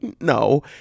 no